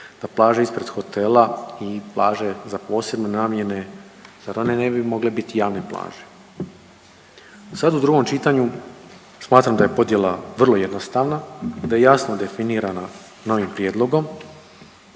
da plaže ispred hotele i plaže za posebne namjene, zar one ne bi mogle biti javne plaže? Sad u drugom čitanju smatram da je podjela vrlo jednostavna, da je jasno definirana novim prijedlogom,